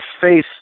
face